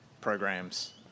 programs